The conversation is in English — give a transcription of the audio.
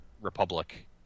republic